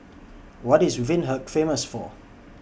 What IS Windhoek Famous For